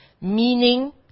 meaning